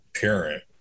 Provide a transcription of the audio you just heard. parent